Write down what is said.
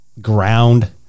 ground